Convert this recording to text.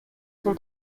son